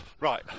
right